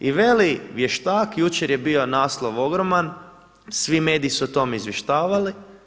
I veli vještak, jučer je bio naslov ogroman, svi mediji su o tome izvještavali.